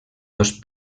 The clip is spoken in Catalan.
dos